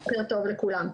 לכולם.